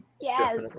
yes